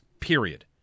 period